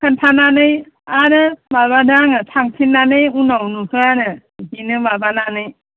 खोनथानानै आरो माबादों आङो थांफिननानै उनाव नुदों आरो बिदिनो माबानानै